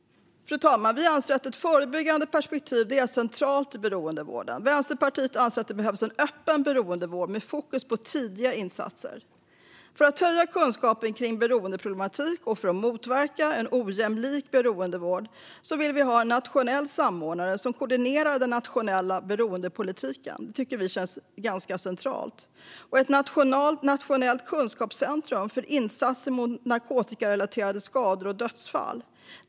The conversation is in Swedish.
Fru talman! Ett förebyggande perspektiv är centralt i beroendevården. Vänsterpartiet anser att det behövs en öppen beroendevård med fokus på tidiga insatser. För att höja kunskapen kring beroendeproblematik och för att motverka en ojämlik beroendevård vill vi ha en nationell samordnare som koordinerar den nationella beroendepolitiken. Det tycker vi känns ganska centralt. Ett nationellt kunskapscentrum för insatser mot narkotikarelaterade skador och dödsfall ska också inrättas.